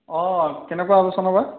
অঁ কেনেকুৱা অনুষ্ঠান বা